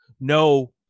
no